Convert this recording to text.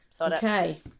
Okay